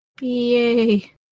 yay